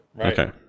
Okay